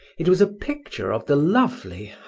it was a picture of the lovely,